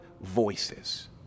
voices